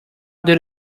did